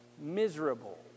miserable